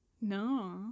No